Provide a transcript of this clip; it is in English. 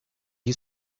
you